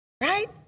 right